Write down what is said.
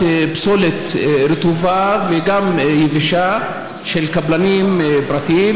פסולת רטובה וגם יבשה של קבלנים פרטיים,